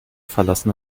verlassen